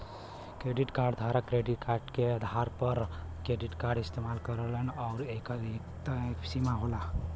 credit card धारक credit के आधार पर क्रेडिट कार्ड इस्तेमाल करलन आउर एकर एक तय सीमा होला